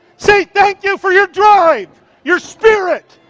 say thank you for your drive, your spirit,